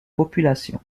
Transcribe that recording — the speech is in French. population